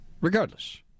Regardless